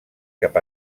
cap